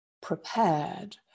prepared